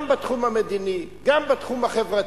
גם בתחום המדיני, גם בתחום החברתי,